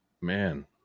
Man